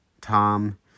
Tom